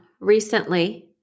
recently